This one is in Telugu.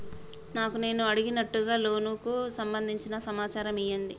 నాకు నేను అడిగినట్టుగా లోనుకు సంబందించిన సమాచారం ఇయ్యండి?